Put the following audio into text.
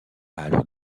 alors